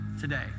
today